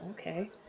Okay